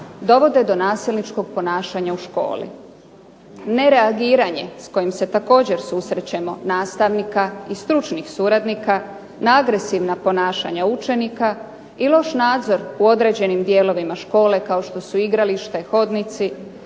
dovode do nasilničkog ponašanja u školi. Nereagiranje s kojim se također susrećemo nastavnika i stručnih suradnika na agresivna ponašanja učenika i loš nadzor u određenim dijelovima škole kao što su igralište, hodnici